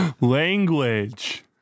language